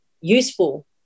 useful